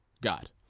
God